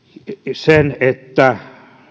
sen että